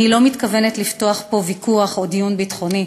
אני לא מתכוונת לפתוח פה ויכוח או דיון ביטחוני,